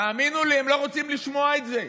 תאמינו לי, הם לא רוצים לשמוע את זה.